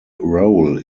role